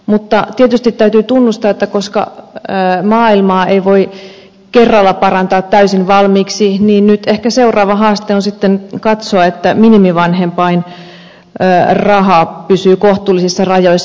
mutta tietysti täytyy tunnustaa että koska maailmaa ei voi kerralla parantaa täysin valmiiksi niin nyt ehkä seuraava haaste on sitten katsoa että minimivanhempainraha pysyy kohtuullisissa rajoissa